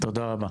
תודה רבה.